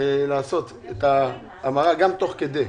לעשות את ההמרה גם תוך כדי,